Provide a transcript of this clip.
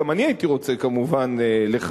גם אני הייתי רוצה כמובן לחלק,